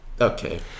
Okay